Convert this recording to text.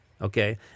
Okay